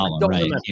Right